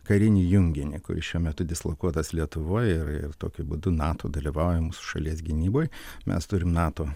karinį junginį kuris šiuo metu dislokuotas lietuvoj ir tokiu būdu nato dalyvauja mūsų šalies gynyboj mes turim nato